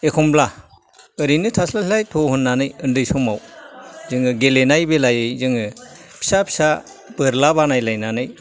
एखमब्ला ओरैनो थास्लाय स्लाय थौ होननानै उन्दै समाव जोङो गेलेनाय बेलायै जोङो फिसा फिसा बोरला बानाय लायलायनानै